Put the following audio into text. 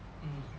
mm